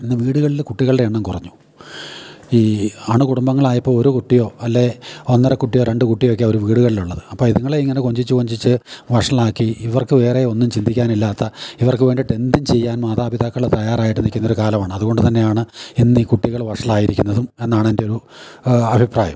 ഇന്ന് വീടുകളിൽ കുട്ടികളുടെ എണ്ണം കുറഞ്ഞു ഈ അണു കുടുംബങ്ങളായപ്പോൾ ഒരു കുട്ടിയോ അല്ലേ ഒന്നര കുട്ടിയോ രണ്ട് കുട്ടിയോ ഒക്കെ ഒരു വീടുകളിലുള്ളത് അപ്പം ഇത്ങ്ങളെ ഇങ്ങനെ കൊഞ്ചിച്ച് കൊഞ്ചിച്ച് വഷളാക്കി ഇവർക്ക് വേറെ ഒന്നും ചിന്തിക്കാനില്ലാത്ത ഇവർക്ക് വേണ്ടിയിട്ട് എന്തും ചെയ്യാൻ മാതാപിതാക്കൾ തയാറായിട്ട് നിൽക്കുന്ന ഒരു കാലമാണ് അതുകൊണ്ട് തന്നെയാണ് ഇന്ന് ഈ കുട്ടികൾ വഷളായിരിക്കുന്നതും എന്നാണ് എൻ്റെ ഒരു അഭിപ്രായം